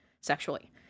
Sexually